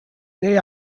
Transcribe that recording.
they